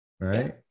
Right